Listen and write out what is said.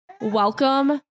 welcome